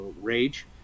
rage